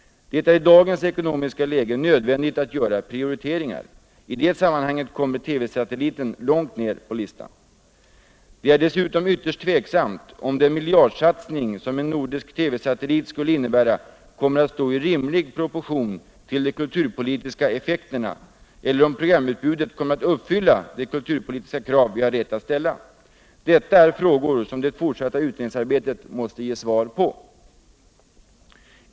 | Det är i dagens ekonomiska läge nödvändigt att göra prioriteringar. I det sammanhanget kommer TV-satelliten långt ned på listan. Det är ytterst tvivelaktigt om den miljardsatsning som en nordisk TFV-satellit skulle innebära kommer att stå i rimlig proportion till de kulturpolitiska effekterna eller om programutbudet kommer att uppfylla de kulturpolitiska krav vi har rätt att ställa. Detta är frågor som det fortsatta utredningsarbetet måste ge svar på.